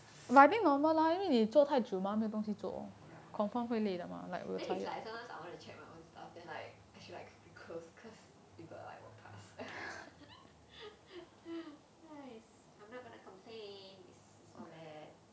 ya then it's like sometimes I wanna check my own stuff then like I feel like quickly close because because people like walk pass nice I'm not gonna complain it's it's not bad